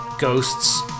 ghosts